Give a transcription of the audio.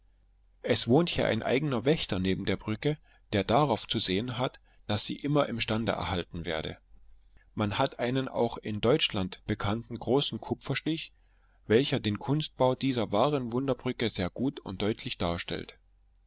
es wohnt hier ein eigener wächter neben der brücke der darauf zu sehen hat daß sie immer im stande erhalten werde man hat einen auch in deutschland bekannten großen kupferstich welcher den kunstbau dieser wahren wunderbrücke sehr gut und deutlich darstellt